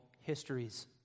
histories